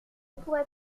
pourrai